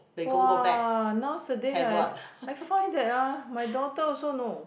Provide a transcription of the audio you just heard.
!wah! nowadays I I find that ah my daughter also know